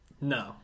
No